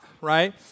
right